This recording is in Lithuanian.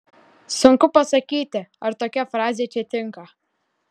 sunku pasakyti ar tokia frazė čia tinka